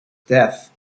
death